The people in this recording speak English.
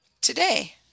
today